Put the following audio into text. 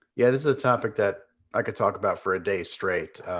yeah, this is a topic that i could talk about for a day straight.